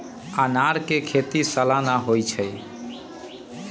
अनारकें खेति सलाना होइ छइ